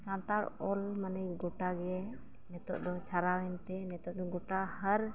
ᱥᱟᱱᱛᱟᱲ ᱚᱞ ᱢᱟᱱᱮ ᱜᱚᱴᱟᱜᱮ ᱱᱤᱚᱛᱚᱜ ᱫᱚ ᱪᱷᱟᱨᱟᱣᱮᱱᱛᱮ ᱱᱤᱛᱚᱜ ᱫᱚ ᱜᱚᱴᱟ ᱦᱟᱨ